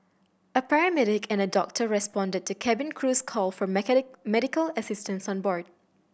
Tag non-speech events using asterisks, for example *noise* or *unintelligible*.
a paramedic and a doctor responded to cabin crew's call for *unintelligible* medical assistance on board